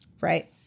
Right